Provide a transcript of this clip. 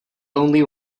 only